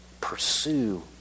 pursue